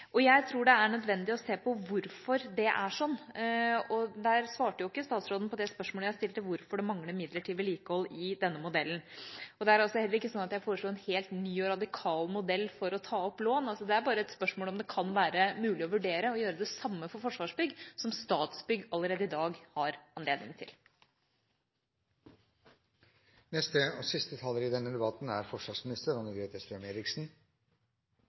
Jeg tror det er nødvendig å se på hvorfor det er sånn. Der svarte jo ikke statsråden på det spørsmålet jeg stilte om hvorfor det mangler midler til vedlikehold i denne modellen. Det er heller ikke sånn at jeg foreslo en helt ny og radikal modell for å ta opp lån. Det er bare et spørsmål om det kan være mulig å vurdere å gjøre det samme for Forsvarsbygg som Statsbygg allerede i dag har anledning